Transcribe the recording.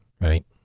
right